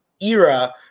era